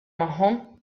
magħhom